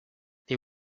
they